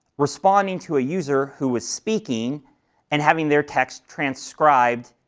responding to a user who was speaking and having their text transcribed